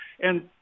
And-